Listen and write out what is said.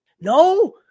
no